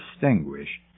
distinguish